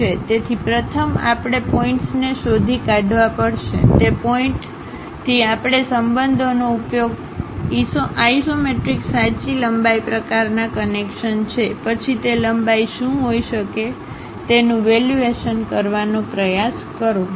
તેથી પ્રથમ આપણે પોઇન્ટ્સને શોધી કાઢવા પડશે તે પોઇન્ટથી આપણે સંબંધોનો ઉપયોગ ઇસોમેટ્રિક સાચી લંબાઈ પ્રકારના કનેક્શન છે પછી તે લંબાઈ શું હોઈ શકે તેનું વેલ્યુએશન કરવાનો પ્રયાસ કરો